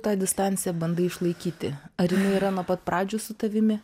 tą distanciją bandai išlaikyti ar jinai yra nuo pat pradžių su tavimi